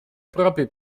proprie